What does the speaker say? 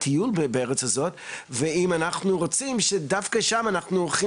על תרבות הטיול בארץ ישראל ואם אנחנו רוצים שדווקא שם אנחנו הולכים